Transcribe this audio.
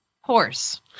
horse